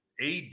AD